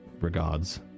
regards